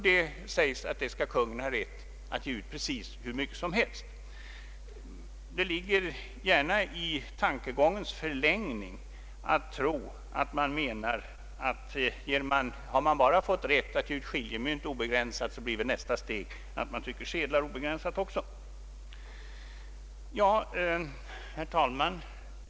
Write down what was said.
Det sägs att Kungl. Maj:t skall ha rätt att ge ut hur mycket skiljemynt som helst. Det ligger i tankegångens förlängning att tro att avsikten är att om man bara fått rätt att obegränsat ge ut skiljemynt så blir nästa steg att obegränsat ge ut sedlar. Herr talman!